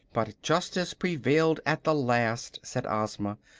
but justice prevailed at the last, said ozma,